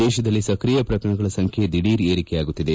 ದೇಶದಲ್ಲಿ ಸಕ್ರಿಯ ಪ್ರಕರಣಗಳ ಸಂಖ್ಯೆ ದಿಢೀರ್ ಏರಿಕೆಯಾಗುತ್ತಿದೆ